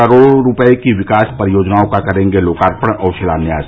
करोड़ो रूपये की विकास परियोजनाओं का करेंगे लोकार्पण और शिलान्यास